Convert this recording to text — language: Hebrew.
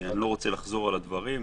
לא אחזור על הדברים.